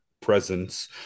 presence